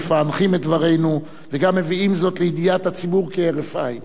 מפענחים את דברינו וגם מביאים זאת לידיעת הציבור כהרף עין